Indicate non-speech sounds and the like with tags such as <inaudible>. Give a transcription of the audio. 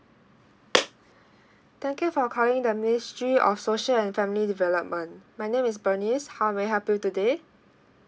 <noise> thank you for calling the ministry of social and family development my name is bernice how may I help you today